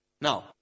Now